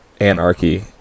anarchy